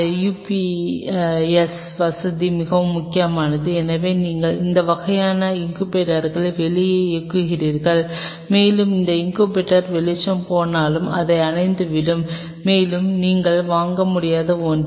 இந்த UPS வசதி மிகவும் முக்கியமானது ஏனெனில் நீங்கள் இந்த வகையான இன்குபேட்டர்களை வெளியே இயக்குகிறீர்கள் மேலும் இந்த இன்குபேட்டர்கள் வெளிச்சம் போனால் அவை அணைந்துவிடும் மேலும் நீங்கள் வாங்க முடியாத ஒன்று